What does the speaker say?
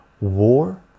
war